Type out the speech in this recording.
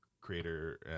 creator